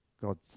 God